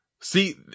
See